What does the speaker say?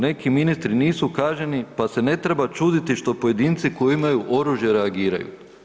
Neki ministri nisu kažnjeni, pa se ne treba čuditi što pojedinci koji imaju oružje reagiraju.